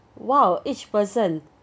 !wow! each person